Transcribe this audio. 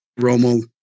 Romo